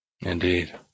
Indeed